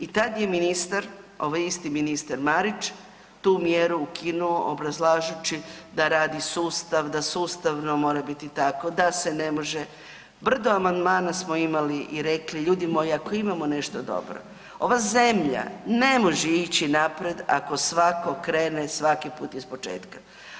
I tada je ministar, ovaj isti ministar Marić tu mjeru ukinuo obrazlažući da radi sustav, da sustavno mora biti tako, da se ne može, brdo amandmana smo imali i rekli ljudi moji ako imamo nešto dobro, ova zemlja ne može ići naprijed ako svako krene svaki put ispočetka.